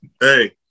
Hey